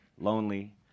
lonely